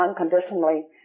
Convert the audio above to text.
unconditionally